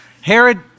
Herod